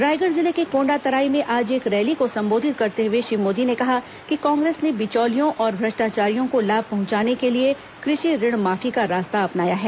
रायगढ़ जिले के कोंडातराई में आज एक रैली को सम्बोधित करते हुए श्री मोदी ने कहा कि कांग्रेस ने बिचौलियों और भ्रष्टाचारियों को लाभ पहुंचाने के लिए कृषि ऋण माफी का रास्ता अपनाया है